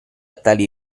tali